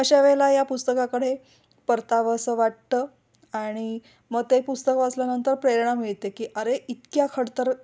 अशा वेळेला या पुस्तकाकडे परतावं असं वाटतं आणि मग ते पुस्तक वाचल्यानंतर प्रेरणा मिळते की अरे इतक्या खडतर